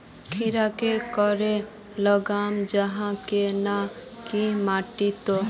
खीरा की करे लगाम जाहाँ करे ना की माटी त?